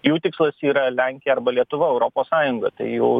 jų tikslas yra lenkija arba lietuva europos sąjunga tai jau